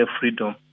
freedom